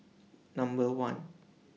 Number one